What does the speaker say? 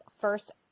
first